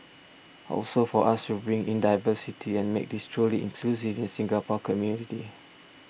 also for us to bring in diversity and make this truly inclusive in Singapore community